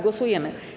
Głosujemy.